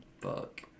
Fuck